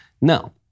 No